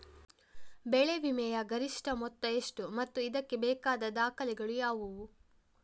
ಬೆಳೆ ವಿಮೆಯ ಗರಿಷ್ಠ ಮೊತ್ತ ಎಷ್ಟು ಮತ್ತು ಇದಕ್ಕೆ ಬೇಕಾದ ದಾಖಲೆಗಳು ಯಾವುವು?